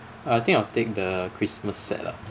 I think I'll take the christmas set lah